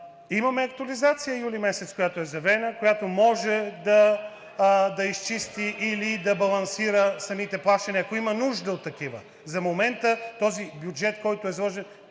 имаме актуализация месец юли, която е заявена, която може да изчисти или да балансира самите плащания, ако има нужда от такива. За момента този бюджет, който е заложен,